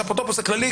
והאפוטרופוס הכללי,